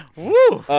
whew